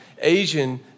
Asian